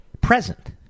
present